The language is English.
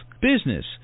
business